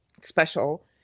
special